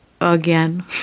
again